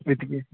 with ಗೇ